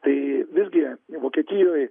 tai visgi vokietijoj